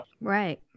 Right